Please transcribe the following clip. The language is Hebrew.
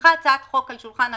הונחה הצעת חוק על שולחן הכנסת,